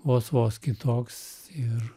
vos vos kitoks ir